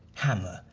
hammer,